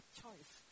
choice